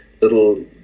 little